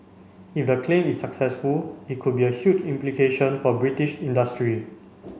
if the claim is successful it could be a huge implication for British industry